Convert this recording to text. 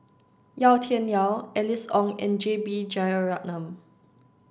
Yau Tian Yau Alice Ong and J B Jeyaretnam